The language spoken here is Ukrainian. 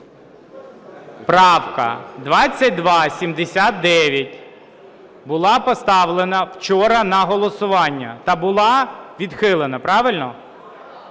Правка 2279 була поставлена вчора на голосування та була відхилена. Правильно?